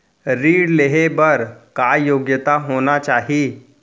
ऋण लेहे बर का योग्यता होना चाही?